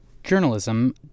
Journalism